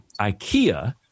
IKEA